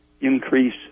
increase